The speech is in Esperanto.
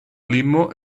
limo